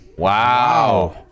Wow